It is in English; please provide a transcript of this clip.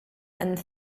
and